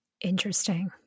Interesting